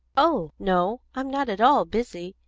oh no i'm not at all busy.